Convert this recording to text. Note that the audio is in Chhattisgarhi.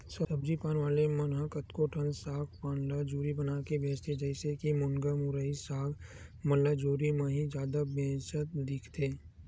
सब्जी पान वाले मन ह कतको ठन साग पान ल जुरी बनाके बेंचथे, जइसे के मुनगा, मुरई, साग मन ल जुरी म ही जादा बेंचत दिखथे